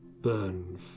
burn